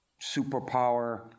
superpower